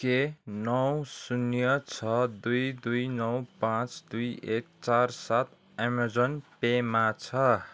के नौ शून्य छ दुई दुई नौ पाँच दुई एक चार सात अमेजन पेमा छ